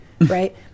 right